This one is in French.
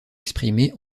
exprimée